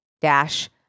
dash